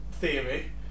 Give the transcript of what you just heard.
theory